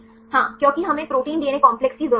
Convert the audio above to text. हां क्योंकि हमें प्रोटीन डीएनए कॉम्प्लेक्स की जरूरत है